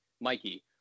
Mikey